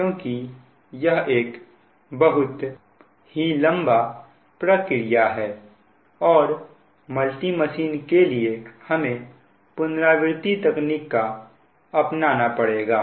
क्योंकि यह एक बहुत ही लंबा प्रक्रिया है और मल्टी मशीन के लिए हमें पुनरावृति तकनीक को अपनाना पड़ेगा